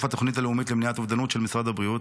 התוכנית הלאומית למניעת אובדנות של משרד הבריאות.